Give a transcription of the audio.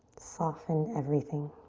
soften everything.